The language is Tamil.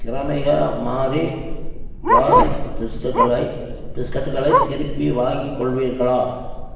க்ரெமிகா மாரி க்ளாஸிக் பிஸ்கெட்டுகளை பிஸ்கெட்டுகளை திருப்பி வாங்கிக் கொள்வீர்களா